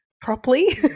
properly